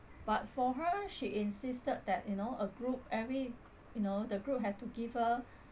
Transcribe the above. but for her she insisted that you know a group every you know the group have to give her